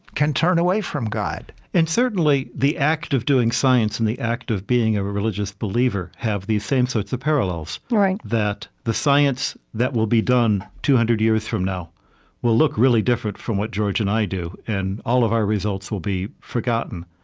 can turn away from god and certainly, the act of doing science and the act of being a religious believer have these same sorts of parallels that the science that will be done two hundred years from now will look really different from what george and i do, and all of our results will be forgotten.